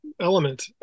element